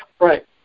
right